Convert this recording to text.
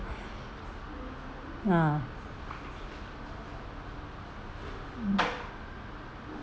ah